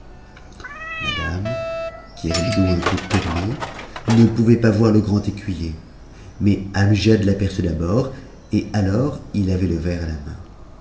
la dame qui avait le dos un peu tourné ne pouvait pas voir le grand écuy er mais amgiad t'aperçut d'abord et alors il avait le verre à la main